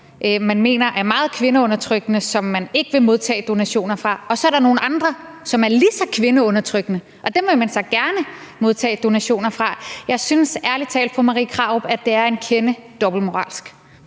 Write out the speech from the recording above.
man mener er meget kvindeundertrykkende, som man ikke vil modtage donationer fra, mens der så er nogle andre, der er lige så kvindeundertrykkende, men som man gerne vil modtage donationer fra. Jeg synes ærlig talt, fru Marie Krarup, at det er en kende dobbeltmoralsk.